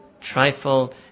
trifle